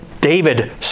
David